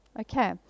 Okay